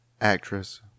Actress